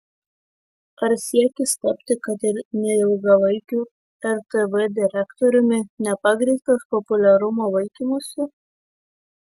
ar siekis tapti kad ir neilgalaikiu rtv direktoriumi nepagrįstas populiarumo vaikymusi